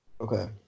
Okay